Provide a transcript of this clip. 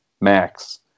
max –